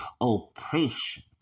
oppression